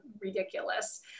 ridiculous